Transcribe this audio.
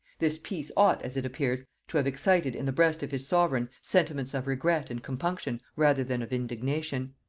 this piece ought, as it appears, to have excited in the breast of his sovereign sentiments of regret and compunction rather than of indignation.